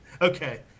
Okay